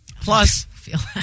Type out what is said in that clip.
plus